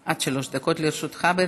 עד שלוש דקות לרשותך.